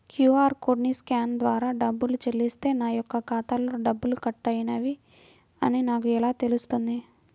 QR కోడ్ని scan ద్వారా డబ్బులు చెల్లిస్తే నా యొక్క ఖాతాలో డబ్బులు కట్ అయినవి అని నాకు ఎలా తెలుస్తుంది?